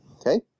Okay